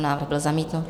Návrh byl zamítnut.